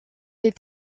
est